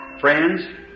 friends